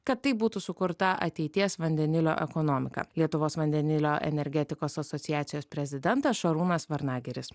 kad taip būtų sukurta ateities vandenilio ekonomika lietuvos vandenilio energetikos asociacijos prezidentas šarūnas varnagiris